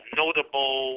notable